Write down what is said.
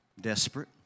desperate